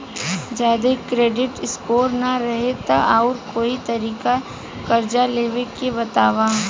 जदि credit score ना रही त आऊर कोई तरीका कर्जा लेवे के बताव?